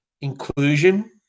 inclusion